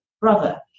brother